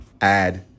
add